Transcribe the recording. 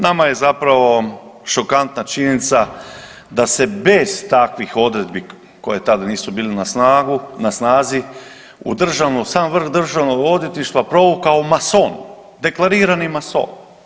Nama je zapravo šokantna činjenica da se bez takvih odredbi koje tada nisu bile na snazi u državnom, u sam vrh državnog odvjetništva provukao mason, deklarirani mason.